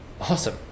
Awesome